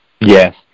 Yes